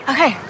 Okay